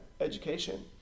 education